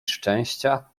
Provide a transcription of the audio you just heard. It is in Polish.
szczęścia